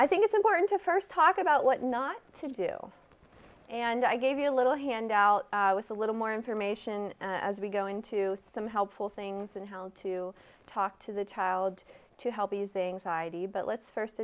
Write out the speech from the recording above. i think it's important to first talk about what not to do and i gave you a little handout with a little more information as we go into some helpful things and how to talk to the child to help